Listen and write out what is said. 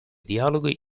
dialoghi